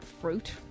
fruit